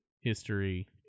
history